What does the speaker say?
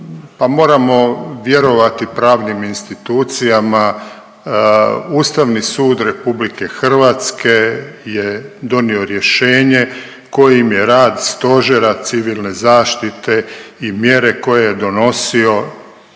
moramo vjerovati pravnim institucijama. Ustavni sud RH je donio rješenje kojim je rad Stožera civilne zaštite i mjere koje je donosio